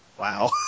Wow